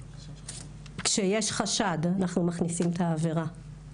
כשיש חשד אנחנו מכניסים את העבירה,